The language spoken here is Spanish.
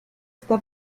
está